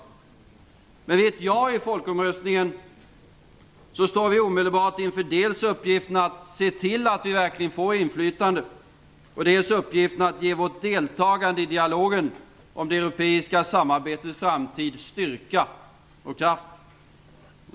Men vid ett ja i folkomröstningen står vi omedelbart inför dels uppgiften att se till att vi verkligen får inflytande, dels uppgiften att ge vårt deltagande i dialogen om det europeiska samarbetets framtid, styrka och kraft.